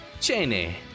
Cheney